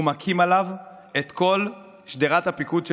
הוא מקים עליו את כל שדרת הפיקוד של